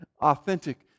Authentic